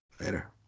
later